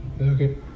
Okay